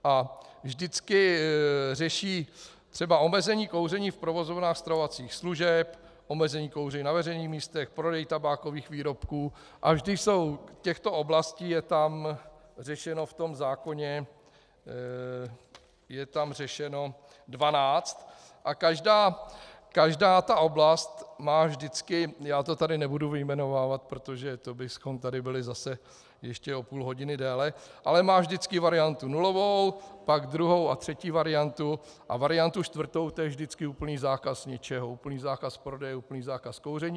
A vždycky řeší třeba omezení kouření v provozovnách stravovacích služeb, omezení kouření na veřejných místech, prodej tabákových výrobků a vždy těchto oblastí je řešeno v tom zákoně 12 a každá oblast má vždycky, nebudu to tady vyjmenovávat, protože to bychom tady byli zase ještě o půl hodiny déle, ale má vždycky variantu nulovou, pak druhou a třetí variantu a variantu čtvrtou, to je vždycky úplný zákaz něčeho, úplný zákaz prodeje, úplný zákaz kouření.